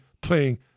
playing